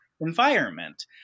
environment